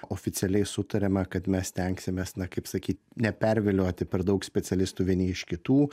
oficialiai sutariame kad mes stengsimės na kaip sakyt nepervilioti per daug specialistų vieni iš kitų